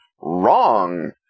wrong